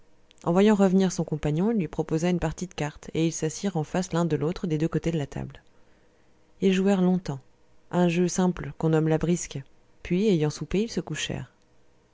en voyant revenir son compagnon il lui proposa une partie de cartes et ils s'assirent en face l'un de l'autre des deux côtés de la table ils jouèrent longtemps un jeu simple qu'on nomme la brisque puis ayant soupé ils se